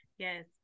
Yes